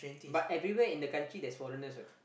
but everywhere in the country there's foreigners what